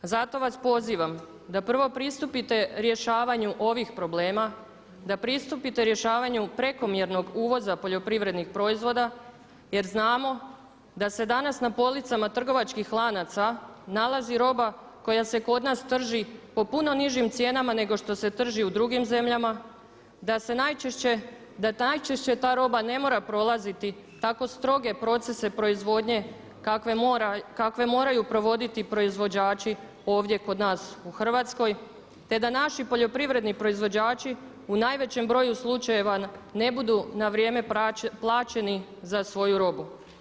Zato vas pozivam da prvo pristupite rješavanju ovih problema, da pristupite rješavanju prekomjernog uvoza poljoprivrednih proizvoda jer znamo da se danas na policama trgovačkih lanaca nalazi roba koja se kod nas trži po puno nižim cijenama nego što se trži u drugim zemljama, da najčešće ta roba ne mora prolaziti tako stroge procese proizvodnje kakve moraju provoditi proizvođači ovdje kod nas u Hrvatskoj te da naši poljoprivredni proizvođači u najvećem broju slučajeva ne budu na vrijeme plaćeni za svoju robu.